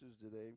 today